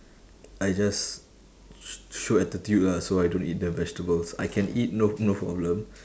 I just sh~ show attitude lah so I don't eat the vegetables I can eat no no problem